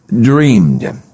dreamed